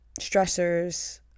stressors